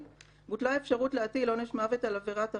- בוטלה האפשרות להטיל עונש מוות על עבירת הרצח,